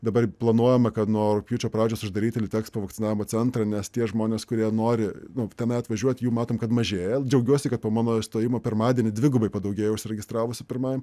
dabar planuojama kad nuo rugpjūčio pradžios uždaryti litexpo vakcinavo centrą nes tie žmonės kurie nori nu tenai atvažiuoti jų matom kad mažėja džiaugiuosi kad po mano įstojimo pirmadienį dvigubai padaugėjo užsiregistravusių pirmajam